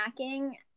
snacking